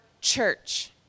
church